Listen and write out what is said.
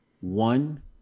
One